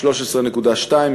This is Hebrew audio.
13.2%,